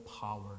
power